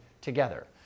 together